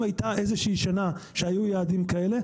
הייתה איזו שהיא שנה שהיו יעדים כאלה,